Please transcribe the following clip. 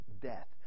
death